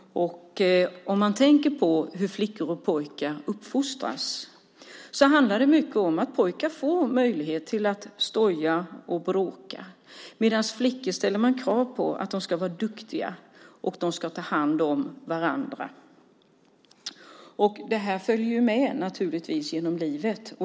Om man tänker på hur flickor och pojkar uppfostras handlar det mycket om att pojkar får möjlighet att stoja och bråka medan man ställer krav på flickor att de ska vara duktiga och ta hand om varandra. Det här följer naturligtvis med genom livet.